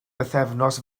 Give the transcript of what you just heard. bythefnos